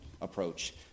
approach